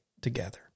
together